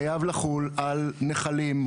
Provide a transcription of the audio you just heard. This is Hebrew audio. חייב לחול על נחלים,